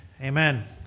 Amen